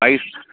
price